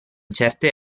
certe